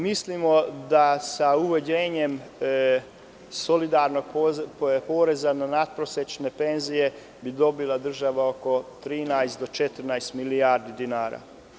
Mislimo da bi sa uvođenjem solidarnog poreza na natprosečne penzije država dobila oko 13 do 14 milijardi dinara.